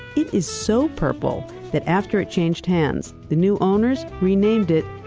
it is so purple that after it changed hands the new owners renamed it,